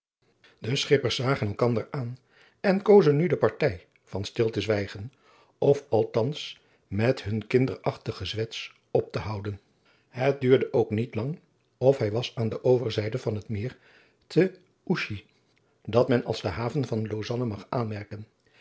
de schippers zagen elkander aan en kozen nu de partij van stil te zwijgen of althans met hun kinderachtig gezwets op te houden het duurde ook niet lang of hij was aan de overzijde van het meer te ouchy dat men als de haven van lausanne mag aanmerken